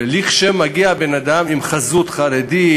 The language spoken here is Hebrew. כשמגיע בן-אדם עם חזות חרדית,